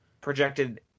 Projected